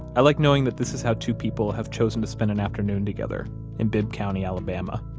i like knowing that this is how two people have chosen to spend an afternoon together in bibb county, alabama.